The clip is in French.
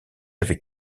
avec